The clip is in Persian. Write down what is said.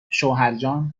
شوهرجاننایلون